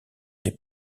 les